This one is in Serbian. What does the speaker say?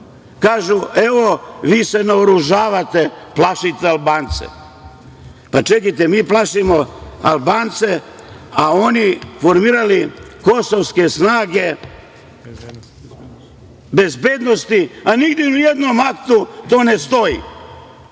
– evo vi se naoružavate, plašite Albance. Pa, čekajte, mi plašimo Albance, a oni formirali kosovske snage bezbednosti, a nigde ni u jednom aktu to ne stoji?